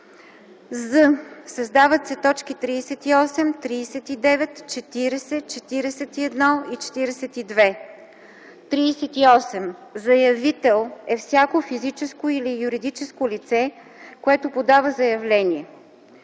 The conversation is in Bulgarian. з) създават се точки 38, 39, 40, 41 и 42: „38. „Заявител” е всяко физическо или юридическо лице, което подава заявление;